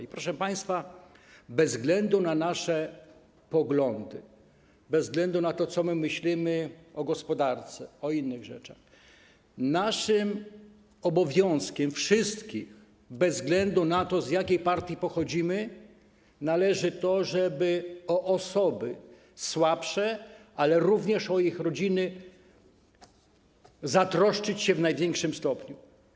I, proszę państwa, bez względu na nasze poglądy, bez względu na to, co myślimy o gospodarce i o innych rzeczach, naszym obowiązkiem, nas wszystkich, bez względu na to, z jakiej partii pochodzimy, jest to, żeby o osoby słabsze, ale również o ich rodziny zatroszczyć się w największym stopniu.